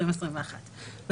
12 בדצמבר 2021,